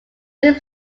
seems